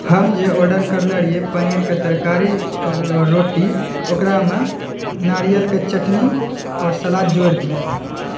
हम जे ऑडर करले रहियै पनीरके तरकारी आओर रोटी ओकरामे नारियल के चटनी आओर सलाद जोरि दिऔ